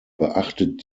beachtet